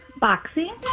Boxing